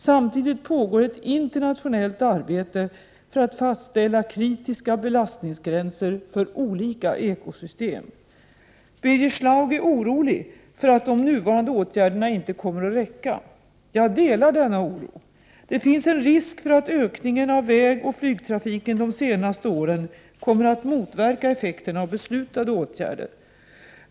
Samtidigt pågår ett internationellt arbete för att fastställa kritiska belastningsgränser för olika ekosystem. Birger Schlaug är orolig för att de nuvarande åtgärderna inte kommer att räcka. Jag delar denna oro. Det finns en risk för att ökningen av vägoch flygtrafiken de senaste åren kommer att motverka effekterna av beslutade åtgärder.